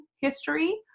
history